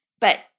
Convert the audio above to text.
But-